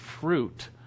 fruit